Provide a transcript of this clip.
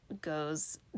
goes